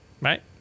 Right